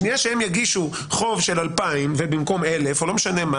בשנייה שהם יגישו חוב של 2,000 במקום 1,000 שקל,